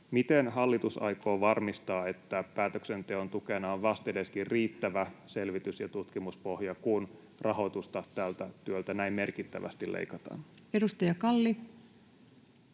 Miten hallitus aikoo varmistaa, että päätöksenteon tukena on vastedeskin riittävä selvitys- ja tutkimuspohja, kun rahoitusta tältä työltä näin merkittävästi leikataan? [Speech 86]